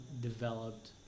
developed